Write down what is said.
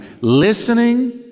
listening